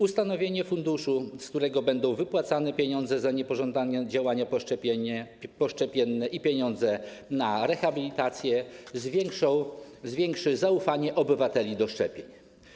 Ustanowienie funduszu, z którego będą wypłacane pieniądze za niepożądane działania poszczepienne i pieniądze na rehabilitację, zwiększy zaufanie obywateli do szczepień.